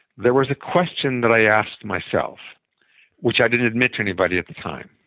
there was a question that i asked myself which i didn't admit to anybody at the time.